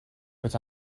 but